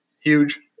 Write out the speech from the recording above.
huge